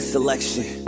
Selection